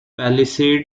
palisade